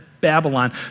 Babylon